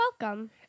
Welcome